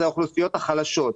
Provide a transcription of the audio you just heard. אלה האוכלוסיות החלשות.